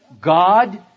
God